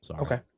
Okay